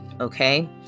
okay